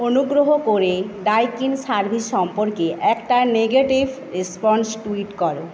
অনুগ্রহ করে Daikin service সম্পর্কে একটা নেগেটিভ রেস্পন্স টুইট করো